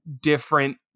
different